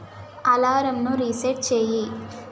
అలారంను reset చెయ్యి